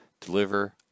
deliver